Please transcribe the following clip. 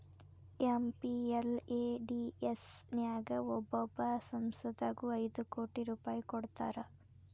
MPLADS ನ್ಯಾಗ ಒಬ್ಬೊಬ್ಬ ಸಂಸದಗು ಐದು ಕೋಟಿ ರೂಪಾಯ್ ಕೊಡ್ತಾರಾ